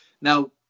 Now